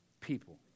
people